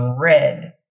red